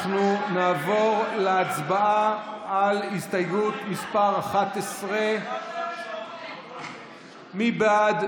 אנחנו נעבור להצבעה על הסתייגות מס' 11. מי בעד?